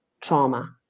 trauma